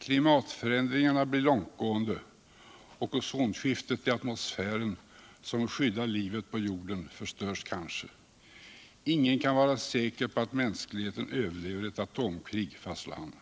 Klimatförändringarna blir långtgående, och ozonskiktet i atmosfären som skyddar livet på jorden förstörs kanske. Ingen kan vara säker på att mänskligheten överlever ett atomkrig, fastslår han.